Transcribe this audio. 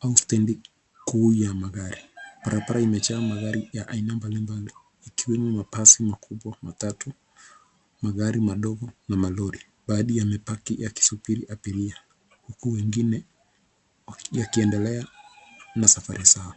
au stendi kuu ya magari. Barabara imejaa magari ya aina mbalimbali ikiwemo mabasi makubwa, matatu, magari madogo na malori. Baadhi yamepaki yakisubiri abiria huku wengine yakiendelea na safari zao.